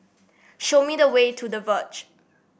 show me the way to The Verge